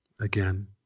again